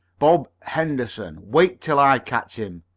bob henderson. wait till i catch him!